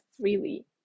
freely